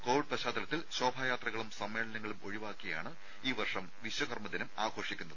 Covid പശ്ചാത്തലത്തിൽ ശോഭായാത്രകളും സമ്മേളനങ്ങളും ഒഴിവാക്കിയാണ് ഈ വർഷം വിശ്വകർമ്മദിനം ആഘോഷിക്കുന്നത്